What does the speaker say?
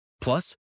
Plus